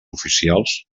oficials